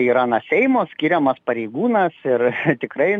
yra na seimo skiriamas pareigūnas ir tikrai